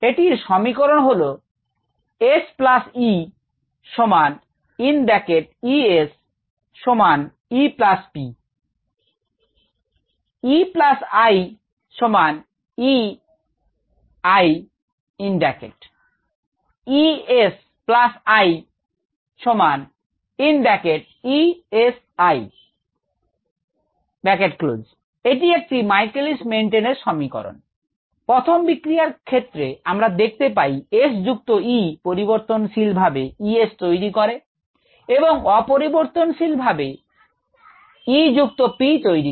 এটির সমীকরণ হলো এটি একটি Michaelis Menten এর সমীকরণ প্রথম বিক্রিয়ার ক্ষেত্রে আমরা দেখতে পাই S যুক্ত E পরিবর্তনশীল ভাবে E S তৈরি করে এবং অপরিবর্তনশীল ভাবে E যুক্ত P তৈরি করে